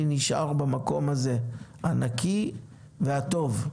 אני נשאר במקום הזה, הנקי והטוב.